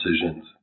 decisions